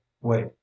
wait